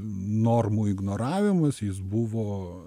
normų ignoravimas jis buvo